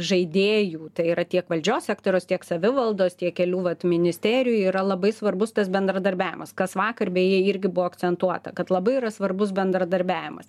žaidėjų tai yra tiek valdžios sektoriaus tiek savivaldos tiek kelių vat ministerijų yra labai svarbus tas bendradarbiavimas kas vakar beje irgi buvo akcentuota kad labai yra svarbus bendradarbiavimas